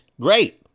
great